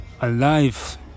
alive